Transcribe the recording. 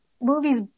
movies